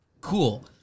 Cool